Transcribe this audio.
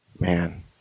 Man